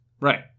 Right